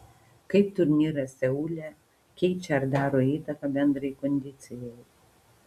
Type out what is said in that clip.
kaip turnyras seule keičia ar daro įtaką bendrai kondicijai